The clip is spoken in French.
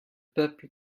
peuple